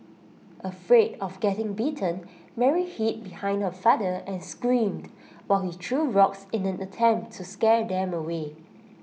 afraid of getting bitten Mary hid behind her father and screamed while he threw rocks in an attempt to scare them away